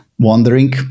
Wondering